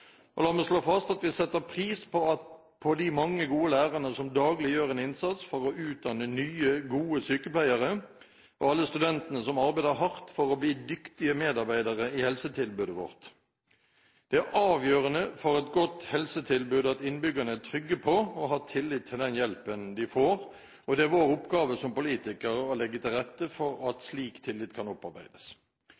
og la meg slå fast at vi setter pris på de mange gode lærerne som daglig gjør en innsats for å utdanne nye, gode sykepleiere, og alle studentene som arbeider hardt for å bli dyktige medarbeidere i helsetilbudet vårt. Det er avgjørende for et godt helsetilbud at innbyggerne er trygge på og har tillit til den hjelpen de får, og det er vår oppgave som politikere å legge til rette for at